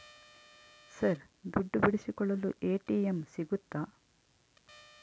Sir ದುಡ್ಡು ಬಿಡಿಸಿಕೊಳ್ಳಲು ATM ಸಿಗುತ್ತಾ?